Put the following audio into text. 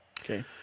Okay